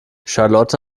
charlotte